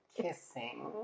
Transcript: kissing